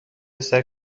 سعی